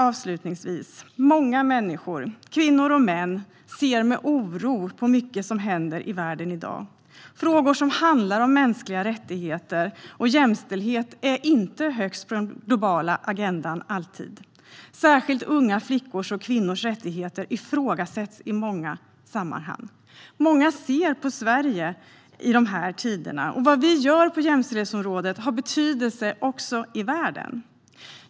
Avslutningsvis: Många människor, både kvinnor och män, ser med oro på mycket som händer i världen i dag. Frågor som handlar om mänskliga rättigheter och jämställdhet är inte alltid högst på den globala agendan. Särskilt unga flickors och kvinnors rättigheter ifrågasätts i många sammanhang. Många ser på Sverige i dessa tider, och vad vi gör på jämställdhetsområdet har betydelse också i världen.